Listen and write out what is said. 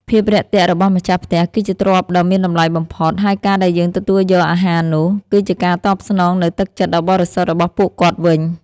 ភាពរាក់ទាក់របស់ម្ចាស់ផ្ទះ គឺជាទ្រព្យដ៏មានតម្លៃបំផុត ហើយការដែលយើងទទួលយកអាហារនោះ គឺជាការតបស្នងនូវទឹកចិត្តដ៏បរិសុទ្ធរបស់ពួកគាត់វិញ។